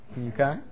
Okay